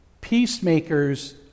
Peacemakers